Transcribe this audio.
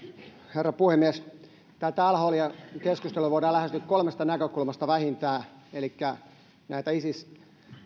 herra puhemies tätä al holin keskustelua voidaan lähestyä vähintään kolmesta näkökulmasta elikkä on näitä isis